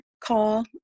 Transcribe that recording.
call